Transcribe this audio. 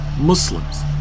Muslims